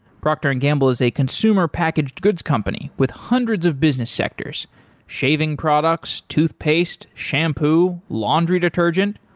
procter and gamble is a consumer packaged goods company with hundreds of business sectors shaving products, toothpaste, shampoo, laundry detergent.